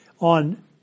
on